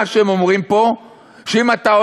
מה שהם אומרים פה,